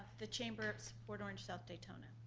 the chamber of port orange south daytona.